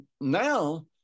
now